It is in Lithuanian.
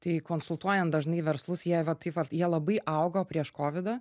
tai konsultuojan dažnai verslus jie va taip vat jie labai augo prieš kovidą